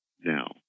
Now